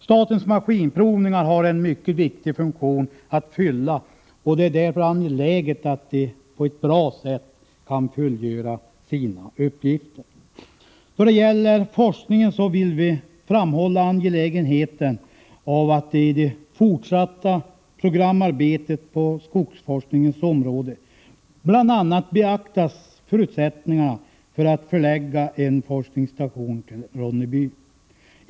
Statens maskinprovningar har en mycket 135 viktig funktion att fylla, och det är därför angeläget att denna institution på ett bra sätt kan fullgöra sina uppgifter. Då det gäller forskningen vill vi framhålla angelägenheten av att i det fortsatta programarbetet på skogsforskningens område bl.a. beaktas förutsättningarna för att förlägga en forskningsstation till Ronneby.